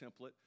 template